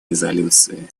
резолюции